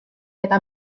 eta